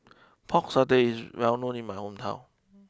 Pork Satay is well known in my hometown